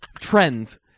trends